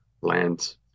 lands